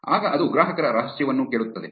ಆಗ ಅದು ಗ್ರಾಹಕರ ರಹಸ್ಯವನ್ನೂ ಕೇಳುತ್ತದೆ